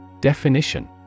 Definition